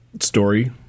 story